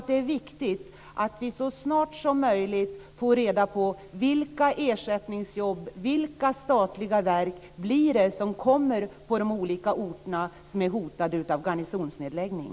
Det är viktigt att vi så snart som möjligt får reda på vilka ersättningsjobb och vilka statliga verk som kommer till de orter som är hotade av garnisonsnedläggning.